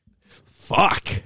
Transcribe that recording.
Fuck